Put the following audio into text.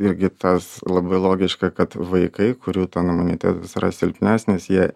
irgi tas labai logiška kad vaikai kurių ten imunitetas yra silpnesnis jie